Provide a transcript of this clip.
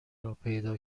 پیدا